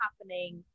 happening